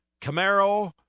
Camaro